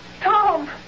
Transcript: Tom